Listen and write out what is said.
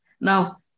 Now